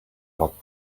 hot